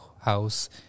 house